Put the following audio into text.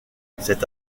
cette